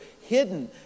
hidden